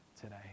today